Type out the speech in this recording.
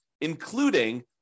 including